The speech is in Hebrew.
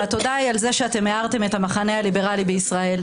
והתודה היא על זה שאתם הערתם את המחנה הליברלי בישראל.